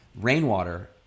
Rainwater